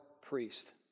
priest